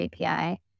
API